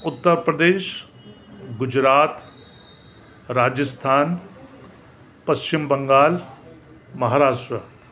Uttar Pradesh Gujarat Rajasthan Paschim Bangal Maharashtra